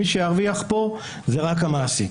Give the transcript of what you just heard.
מי שירוויח פה זה רק המעסיק.